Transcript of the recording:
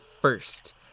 first